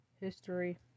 history